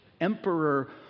emperor